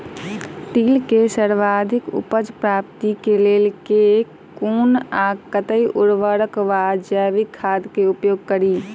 तिल केँ सर्वाधिक उपज प्राप्ति केँ लेल केँ कुन आ कतेक उर्वरक वा जैविक खाद केँ उपयोग करि?